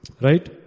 Right